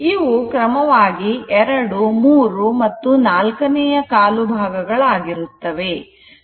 ಇವು ಕ್ರಮವಾಗಿ ಎರಡು 3 ಮತ್ತು ನಾಲ್ಕನೆಯ ಕಾಲು ಭಾಗಗಳಾಗಿರುತ್ತವೆ